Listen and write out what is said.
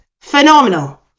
phenomenal